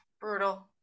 brutal